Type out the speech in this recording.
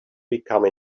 become